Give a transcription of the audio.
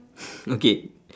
okay